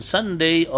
Sunday